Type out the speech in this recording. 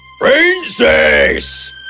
Princess